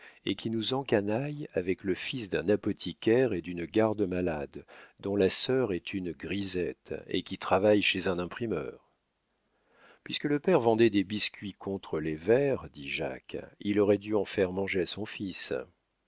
et qui nous encanaille avec le fils d'un apothicaire et d'une garde-malade dont la sœur est une grisette et qui travaille chez un imprimeur puisque le père vendait des biscuits contre les vers dit jacques il aurait dû en faire manger à son fils